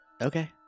Okay